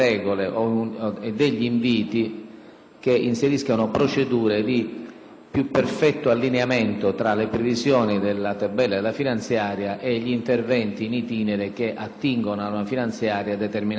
che inseriscano procedure di più preciso allineamento tra le previsioni contenute nelle tabelle della finanziaria e gli interventi *in itinere* che attingono alla finanziaria determinandone un cambiamento delle linee.